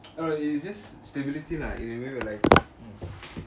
oh it is just stability lah in a way we are like